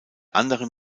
anderen